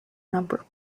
number